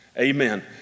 amen